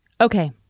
Okay